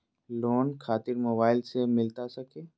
Loan खातिर mobile से मिलता सके?